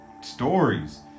stories